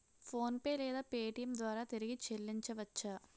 PhonePe లేదా Paytm ద్వారా తిరిగి చల్లించవచ్చ?